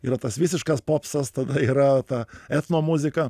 yra tas visiškas popsas tada yra ta etnomuzika